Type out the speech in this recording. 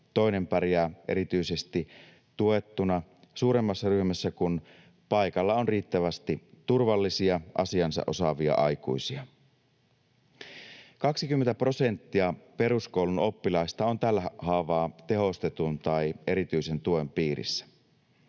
toinen pärjää erityisesti tuettuna suuremmassa ryhmässä, kun paikalla on riittävästi turvallisia, asiansa osaavia aikuisia. 20 prosenttia peruskoulun oppilaista on tällä haavaa tehostetun tai erityisen tuen piirissä.